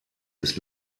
des